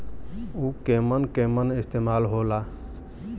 उव केमन केमन इस्तेमाल हो ला?